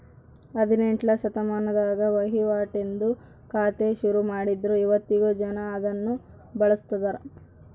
ಹದಿನೆಂಟ್ನೆ ಶತಮಾನದಾಗ ವಹಿವಾಟಿಂದು ಖಾತೆ ಶುರುಮಾಡಿದ್ರು ಇವತ್ತಿಗೂ ಜನ ಅದುನ್ನ ಬಳುಸ್ತದರ